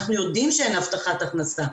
אנחנו יודעים שאין הבטחת הכנסה.